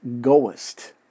goest